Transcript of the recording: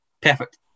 perfect